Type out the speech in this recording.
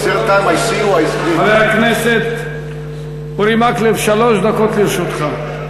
חבר הכנסת אורי מקלב, שלוש דקות לרשותך.